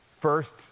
first